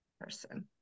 person